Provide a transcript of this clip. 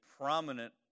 prominent